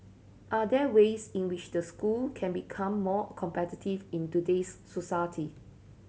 are there ways in which the school can become more competitive in today's society